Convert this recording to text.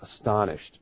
astonished